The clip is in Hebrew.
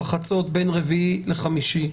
בחצות בין רביעי לחמישי,